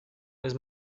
vez